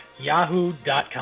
yahoo.com